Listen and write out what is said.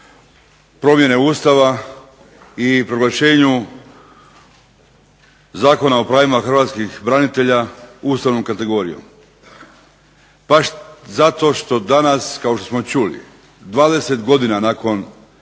promjene Ustava i proglašenju Zakona o pravima hrvatskih branitelja ustavnom kategorijom. Baš zato što danas, kao što smo čuli, 20 godina nakon